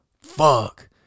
fuck